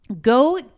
Go